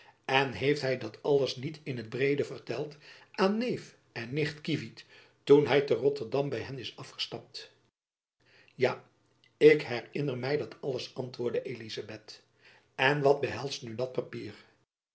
en heeft hy dat alles niet in t breede verteld aan neef en nicht kievit toen hy te rotterdam by hen is afgestapt jacob van lennep elizabeth musch ja ik herinner my dat alles antwoordde elizabeth en wat behelst nu dat papier